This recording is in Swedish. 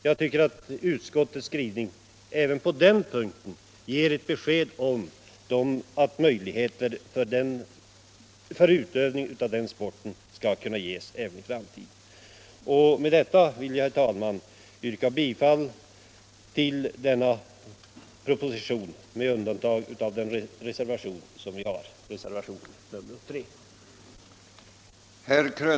Jag tycker dock att utskottets skrivning även på den punkten ger besked om att denna sport skall ges sådana möjligheter även i framtiden. Med detta vill jag, herr talman, yrka bifall till reservationen 3 och i övrigt till utskottets hemställan.